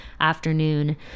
afternoon